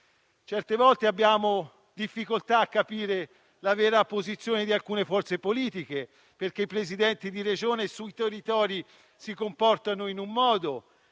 Certe volte abbiamo difficoltà a capire la vera posizione di alcune forze politiche, perché i Presidenti di Regione sui territori si comportano in un modo,